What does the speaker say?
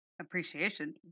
appreciation